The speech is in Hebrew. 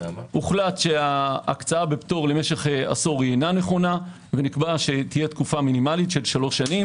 הוחלט שזה לא נכון ונקבע שתהיה תקופה מינימלית של שלוש שנים.